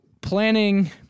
planning